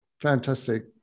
fantastic